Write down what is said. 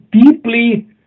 deeply